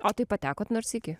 o tai patekot nors sykį